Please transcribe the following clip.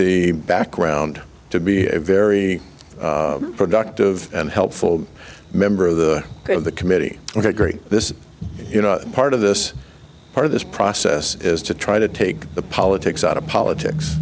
the background to be a very productive and helpful member of the of the committee ok great this is you know part of this part of this process is to try to take the politics out of politics